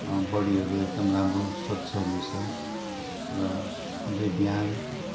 बडीहरू एकदम राम्रो स्वच्छ हुनेछ र अझै बिहान